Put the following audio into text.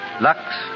Lux